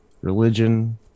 religion